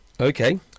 Okay